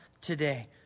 today